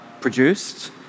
produced